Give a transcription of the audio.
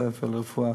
בתי-הספר לרפואה.